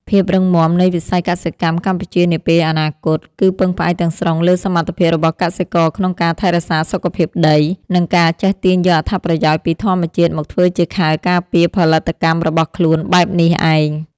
ភាពរឹងមាំនៃវិស័យកសិកម្មកម្ពុជានាពេលអនាគត គឺពឹងផ្អែកទាំងស្រុងលើសមត្ថភាពរបស់កសិករក្នុងការថែរក្សាសុខភាពដី និងការចេះទាញយកអត្ថប្រយោជន៍ពីធម្មជាតិមកធ្វើជាខែលការពារផលិតកម្មរបស់ខ្លួនបែបនេះឯង។